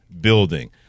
building